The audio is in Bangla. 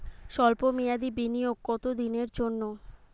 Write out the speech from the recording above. সল্প মেয়াদি বিনিয়োগ কত দিনের জন্য?